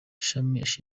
ashinzwe